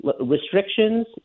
restrictions